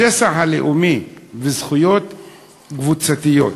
השסע הלאומי וזכויות קבוצתיות.